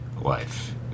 life